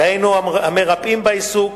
דהיינו המרפאים בעיסוק,